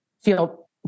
feel